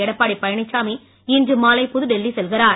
எடப்பாடி பழனிச்சாமி இன்று மாலை புதுடெல்லி செல்கிறார்